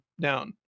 down